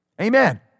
Amen